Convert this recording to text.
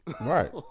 Right